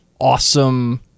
awesome